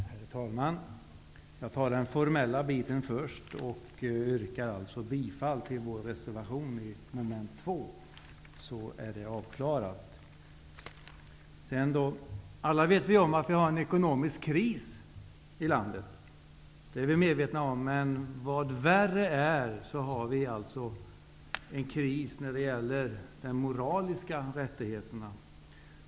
Herr talman! Jag tar den formella delen först och yrkar alltså bifall till vår reservation i mom. 2, så att det är avklarat. Alla är vi medvetna om att vi har en ekonomisk kris i landet. Men vad värre är, vi har en kris när det gäller de moraliska rättigheterna.